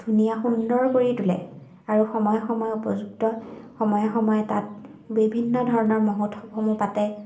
ধুনীয়া সুন্দৰ কৰি তোলে আৰু সময়ে সময়ে উপযুক্ত সময়ে সময়ে তাত বিভিন্ন ধৰণৰ মহোৎসৱসমূহ পাতে